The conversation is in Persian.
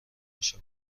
میشه